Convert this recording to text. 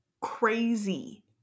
crazy